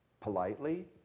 politely